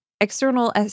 external